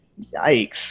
Yikes